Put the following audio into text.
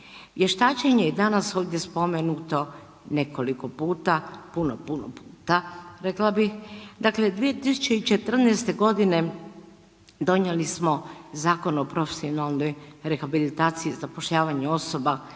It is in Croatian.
Vještačenje je danas ovdje spomenuto nekoliko puta, puno, puno puta rekla bi. Dakle, 2014.g. donijeli smo Zakon o profesionalnoj rehabilitaciji i zapošljavanju osoba